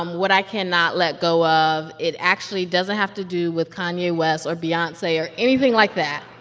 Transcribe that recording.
um what i cannot let go of, it actually doesn't have to do with kanye west or beyonce or anything like that.